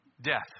Death